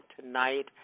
tonight